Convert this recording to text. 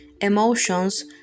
emotions